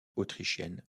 autrichienne